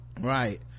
right